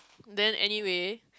then anyway